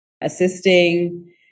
assisting